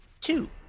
two